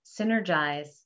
synergize